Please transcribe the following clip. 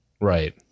Right